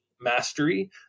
mastery